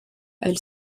elle